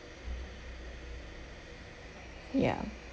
ya